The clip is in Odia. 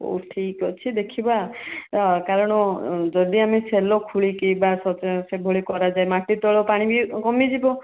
ହଉ ଠିକ୍ଅଛି ଦେଖିବା କାରଣ ଯଦି ଆମେ ସୋଏଲ୍ ଖୋଳିକି ବା ସେଭଳି କରାଯିବ ମାଟି ତଳ ପାଣି ବି କମିଯିବ